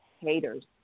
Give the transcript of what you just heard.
haters